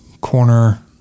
corner